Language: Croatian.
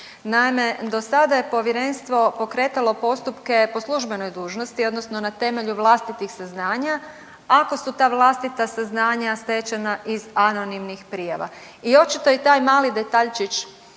Naime, do sada je povjerenstvo pokretalo postupke po službenoj dužnosti odnosno na temelju vlastitih saznanja ako su ta vlastita saznanja stečena iz anonimnih prijava i očito je taj mali detaljčić